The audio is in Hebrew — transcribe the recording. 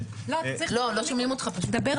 אתייחס לסוגיות